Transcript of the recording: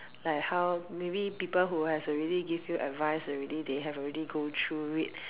like how maybe people who has already give you advice already they have already go through it